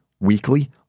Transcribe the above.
weekly